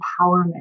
empowerment